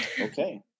Okay